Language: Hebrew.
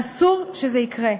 אסור שזה יקרה.